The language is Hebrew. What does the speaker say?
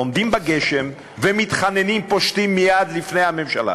עומדים בגשם ומתחננים, פושטים יד בפני הממשלה.